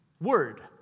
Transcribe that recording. Word